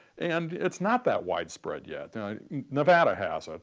and it's not that widespread yet nevada has it,